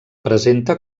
presenta